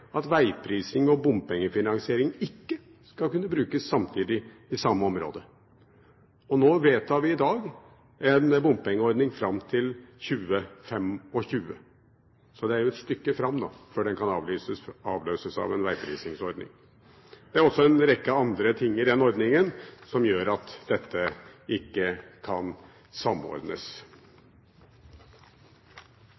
at vegprising og bompengefinansiering ikke skulle kunne brukes samtidig, i samme område. Nå vedtar vi i dag en bompengeordning fram til 2025. Det er jo et stykke fram, før den kan avløses av en vegprisingsordning. Det er også en rekke andre ting i den ordningen som gjør at dette ikke kan samordnes. Eg takkar saksordføraren for eit godt arbeid, ikkje